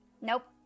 Nope